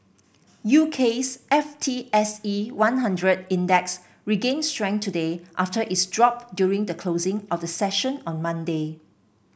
UK's F T S E one hundred Index regained strength today after its drop during the closing of the session on Monday